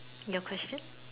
your question